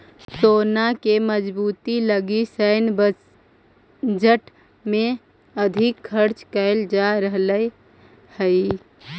सेना के मजबूती लगी सैन्य बजट में अधिक खर्च कैल जा रहल हई